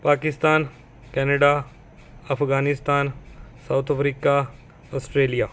Pakistan Canada Afghanistan South Africa Australia